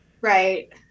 Right